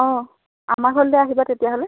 অ' আমাৰ ঘৰলৈটো আহিবা তেতিয়াহ'লে